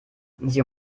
sie